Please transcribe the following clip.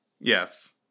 Yes